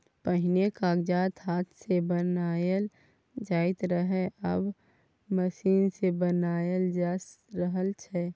पहिने कागत हाथ सँ बनाएल जाइत रहय आब मशीन सँ बनाएल जा रहल छै